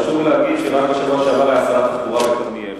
חשוב להגיד שגם בשבוע שעבר היה שר התחבורה בכרמיאל